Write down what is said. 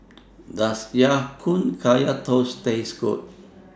Does Ya Kun Kaya Toast Taste Good